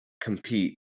compete